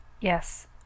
Yes